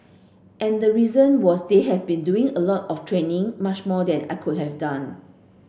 and the reason was they had been doing a lot of training much more than I could have done